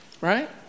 right